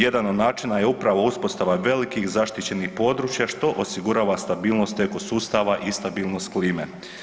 Jedan od načina je upravo uspostava velikih zaštićenih područja što osigurava stabilnost eko sustava i stabilnost klime.